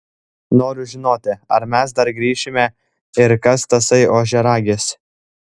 noriu žinoti ar mes dar grįšime ir kas tasai ožiaragis